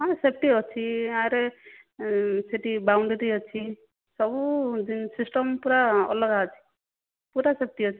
ହଁ ସେଫ୍ଟି ଅଛି ଆର ସେଠି ବାଉଣ୍ଡରୀ ଅଛି ସବୁ ସିଷ୍ଟମ ପୂରା ଅଲଗା ଅଛି ପୂରା ସେଫ୍ଟି ଅଛି